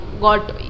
got